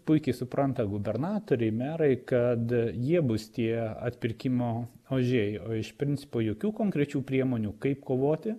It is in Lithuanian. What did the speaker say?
puikiai supranta gubernatoriai merai kad jie bus tie atpirkimo ožiai o iš principo jokių konkrečių priemonių kaip kovoti